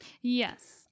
Yes